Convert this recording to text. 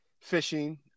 fishing